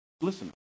listen